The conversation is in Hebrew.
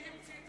מי המציא את